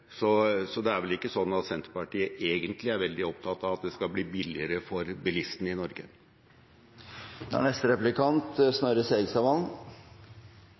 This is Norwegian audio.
så det er vel ikke sånn at Senterpartiet egentlig er veldig opptatt av at det skal bli billigere for bilistene i Norge. Jeg skal være enig med representanten Limi i at det er